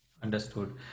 Understood